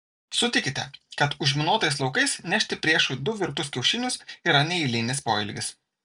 sutikite kad užminuotais laukais nešti priešui du virtus kiaušinius yra neeilinis poelgis